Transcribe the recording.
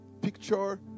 picture